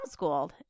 homeschooled